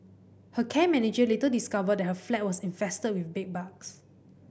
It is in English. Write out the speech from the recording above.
her care manager later discovered that her flat was infested with bedbugs